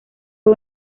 fue